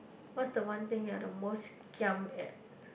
what's the one thing you're the most giam at